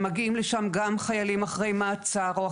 אני אדבר כמובן מהעולם הרבני: רבנים נמצאים בדיוק במקום שבו הם